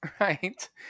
Right